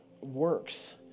works